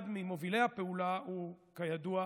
אחד ממובילי הפעולה הוא, כידוע,